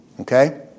Okay